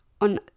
on